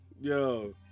Yo